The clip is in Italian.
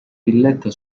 villetta